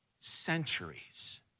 centuries